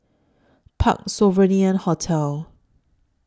Parc Sovereign Hotel